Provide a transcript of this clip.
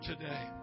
today